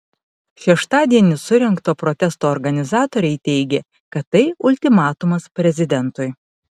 šeštadienį surengto protesto organizatoriai teigė kad tai ultimatumas prezidentui